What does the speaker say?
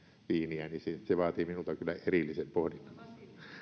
viiniä vaatii minulta kyllä erillisen pohdinnan